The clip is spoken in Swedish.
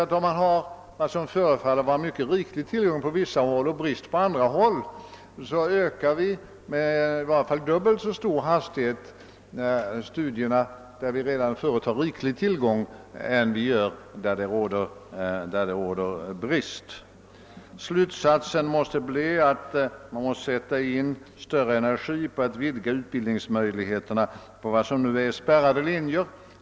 När det finns områden med en mycket riklig tillgång på utbildat folk medan det på andra håll råder en brist härpå ger det ett tråkigt intryck att tillgången till studier ökar med åtminstone dubbelt eller tre gånger så stor hastighet inom det förra avsnittet som inom det där det råder en bristsituation. Slutsatsen måste bli att större energi måste sättas in på att vidga utbildningsmöjligheterna vid de nuvarande spärrade linjerna.